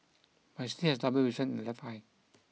but he still has double vision in the left eye